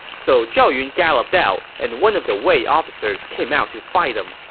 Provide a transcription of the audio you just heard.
so zhao yun galloped out, and one of the wei officers came out to fight him.